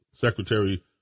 Secretary